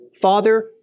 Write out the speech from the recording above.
Father